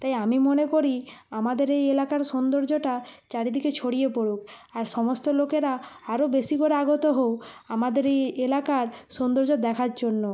তাই আমি মনে করি আমাদের এই এলাকার সৌন্দর্যটা চারিদিকে ছড়িয়ে পড়ুক আর সমস্ত লোকেরা আরও বেশি করে আগত হও আমাদের এই এলাকার সৌন্দর্য দেখার জন্য